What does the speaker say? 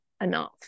enough